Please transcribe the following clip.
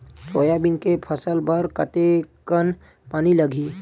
Soybean के फसल बर कतेक कन पानी लगही?